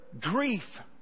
grief